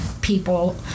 People